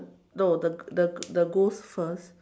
no the the the ghost first